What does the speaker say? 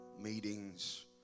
meetings